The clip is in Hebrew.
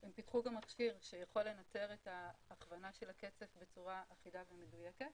הם פיתחו גם מכשיר שיכול לנטר את ההכוונה של הקצף בצורה אחידה ומדויקת